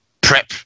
PrEP